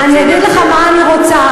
אני אגיד לך מה אני רוצה.